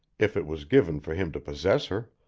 if it was given for him to possess her.